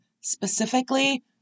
Specifically